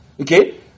Okay